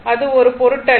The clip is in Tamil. அது ஒரு பொருட்டல்ல